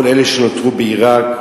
כל אלה שנותרו בעירק.